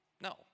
No